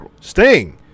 Sting